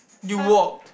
you walked